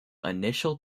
initial